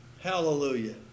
Hallelujah